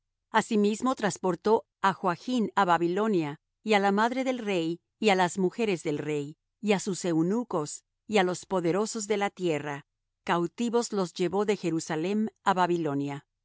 asimismo trasportó á joachn á babilonia y á la madre del rey y á las mujeres del rey y á sus eunucos y á los poderosos de la tierra cautivos los llevó de jerusalem á babilonia